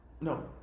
No